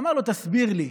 אמר לו: תסביר לי,